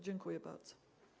Dziękuję bardzo.